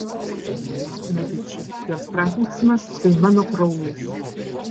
ji irgi mediči jos prakeiksmas tai mano kraujas